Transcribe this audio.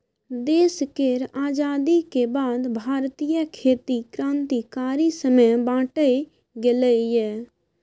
देश केर आजादी के बाद भारतीय खेती क्रांतिकारी समय बाटे गेलइ हँ